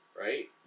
right